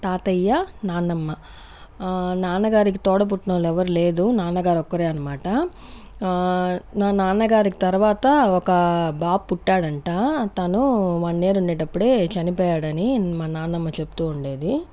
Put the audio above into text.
తాతయ్య నాన్నమ్మ నాన్నగారికి తోడబుట్టినోళ్ళుచ్చి ఎవ్వరు లేదు నాన్నగారు ఒక్కరే అన్నమాట నా నాన్నగారి తర్వాత ఒక బాబు పుట్టాడంట తను వన్ ఇయర్ ఉండేటప్పుడే చనిపోయాడని మా నాన్నమ్మ చెబుతూ ఉండేది